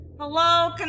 Hello